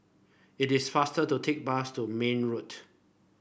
it is faster to take bus to Marne Road